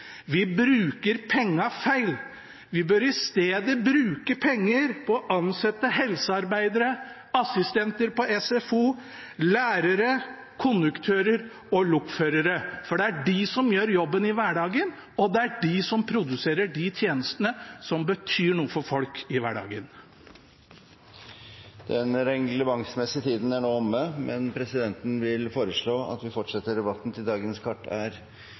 vi bruker pengene feil. Vi bør i stedet bruke penger på å ansette helsearbeidere, assistenter på SFO, lærere, konduktører og lokførere, for det er de som gjør jobben i hverdagen, og det er de som produserer de tjenestene som betyr noe for folk, i hverdagen. Den reglementsmessige tiden for dagens møte er nå omme, men presidenten vil foreslå at vi fortsetter debatten til dagens kart er